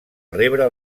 rebre